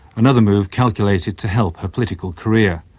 another move calculated to help her political career.